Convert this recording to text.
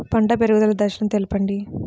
పంట పెరుగుదల దశలను తెలపండి?